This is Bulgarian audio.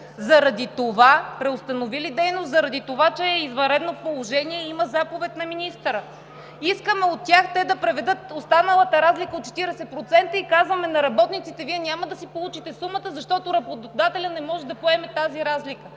заради това, че е извънредно положение и има заповед на министъра. Искаме от тях те да преведат останалата разлика от 40% и казваме на работниците – Вие няма да си получите сумата, защото работодателят не може да поеме тази разлика.